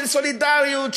של סולידריות,